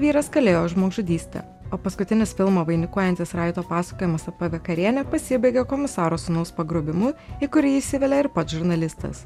vyras kalėjo už žmogžudystę o paskutinis filmo vainikuojantis raito pasakojimas apie vakarienę pasibaigė komisaro sūnaus pagrobimu į kurį įsivelia ir pats žurnalistas